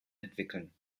entwickeln